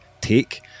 take